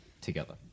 together